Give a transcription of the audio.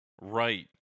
Right